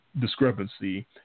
discrepancy